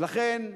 ולכן,